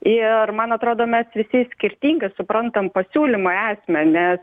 ir man atrodo mes visi skirtingai suprantam pasiūlymo esmę nes